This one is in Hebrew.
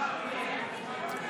חורבן בית שלישי,